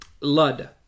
Lud